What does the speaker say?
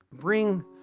bring